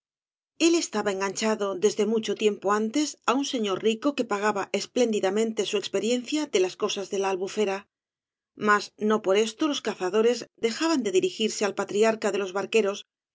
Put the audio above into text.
el estaba enganchado desde mucho tiempo antes á un señor rico que pagaba espléndidamente su experiencia de las co sas de la albufera mas no por esto los cazadores dejaban de dirigirse al patriarca de los barqueros